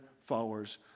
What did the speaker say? followers